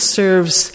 serves